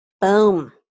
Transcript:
Boom